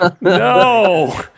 No